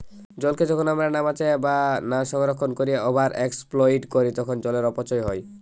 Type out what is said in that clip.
জলকে যখন আমরা না বাঁচাইয়া বা না সংরক্ষণ কোরিয়া ওভার এক্সপ্লইট করি তখন জলের অপচয় হয়